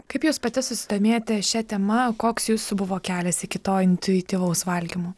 kaip jūs pati susidomėjote šia tema koks jūsų buvo kelias iki to intuityvaus valgymo